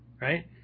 Right